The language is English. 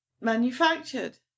manufactured